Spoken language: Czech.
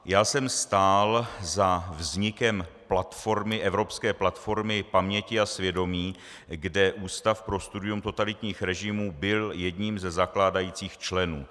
Já jsem stál za vznikem Platformy evropské paměti a svědomí, kde Ústav pro studium totalitních režimů byl jedním ze zakládajících členů.